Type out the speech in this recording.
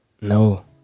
no